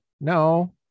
no